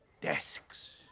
desks